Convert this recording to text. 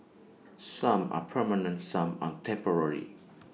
some are permanent some are temporary